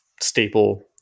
staple